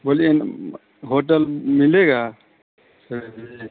बोलिए होटल मिलेगा चाहिए